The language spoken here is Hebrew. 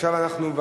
עכשיו אנחנו,